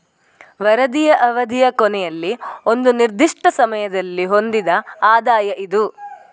ವರದಿಯ ಅವಧಿಯ ಕೊನೆಯಲ್ಲಿ ಒಂದು ನಿರ್ದಿಷ್ಟ ಸಮಯದಲ್ಲಿ ಹೊಂದಿದ ಆದಾಯ ಇದು